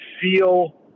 feel